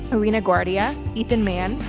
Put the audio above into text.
karina guardia, ethan mann.